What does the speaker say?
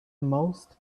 most